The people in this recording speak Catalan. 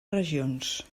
regions